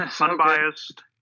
unbiased